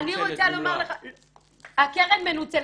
הקרן מנוצלת.